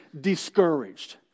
discouraged